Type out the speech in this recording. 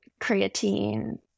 creatine